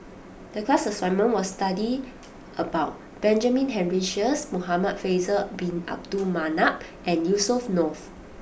the class assignment was to study about Benjamin Henry Sheares Muhamad Faisal Bin Abdul Manap and Yusnor Ef